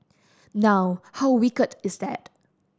now how wicked is that